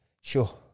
Sure